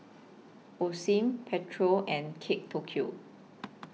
Osim Pedro and Kate Tokyo